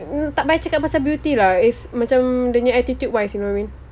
um tak payah cakap pasal beauty lah it's macam dia punya attitude wise you know what I mean